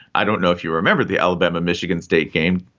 i don't know if you remember the alabama michigan state game,